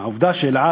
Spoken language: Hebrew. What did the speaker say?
העובדה ש"אל על"